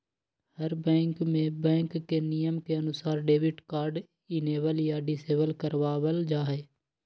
हर bank में bank के नियम के अनुसार डेबिट कार्ड इनेबल या डिसेबल करवा वल जाहई